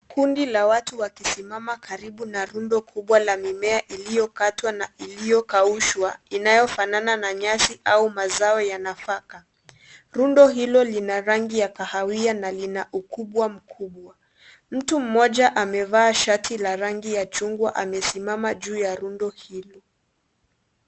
Kundi la watu wakisimama karibu na rundo kubwa la mimea iliyokatwa na iliyokaushwa inayofanana na nyasi au mazao ya nafaka. Rundo hilo Lina rangi ya kahawia na ina mkubwa mkuu. Mtu mmoja amevaa shati la rangi ya chungwa amesimama juu ya rundo hilo.